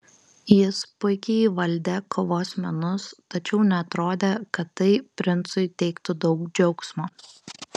jis puikiai įvaldė kovos menus tačiau neatrodė kad tai princui teiktų daug džiaugsmo